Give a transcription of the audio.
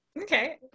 Okay